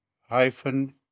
hyphen